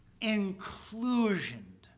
inclusion